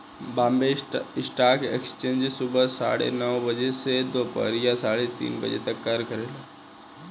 Bombay stock exchange सुबह सवा नौ बजे से दूपहरिया साढ़े तीन तक कार्य करेला